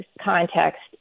context